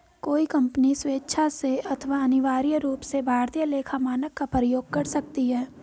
कोई कंपनी स्वेक्षा से अथवा अनिवार्य रूप से भारतीय लेखा मानक का प्रयोग कर सकती है